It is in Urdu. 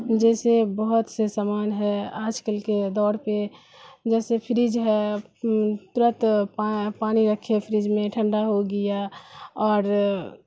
جیسے بہت سے سامان ہے آج کل کے دور پہ جیسے فریج ہے ترت پانی رکھے فریج میں ٹھنڈا ہو گیا اور